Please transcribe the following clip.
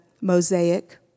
Mosaic